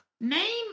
Name